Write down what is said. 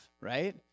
right